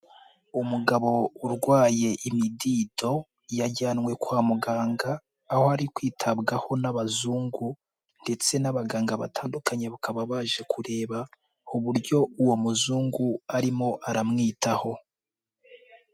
Umugabo urwaye imidido, yajyanwe kwa muganga, aho ari kwitabwaho n'abazungu, ndetse n'abaganga batandukanye bakaba baje kureba, uburyo uwo muzungu arimo aramwitaho.